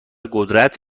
قدرت